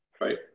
Right